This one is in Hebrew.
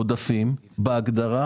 בכנסת תקינה בהגדרה